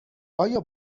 آیا